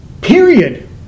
period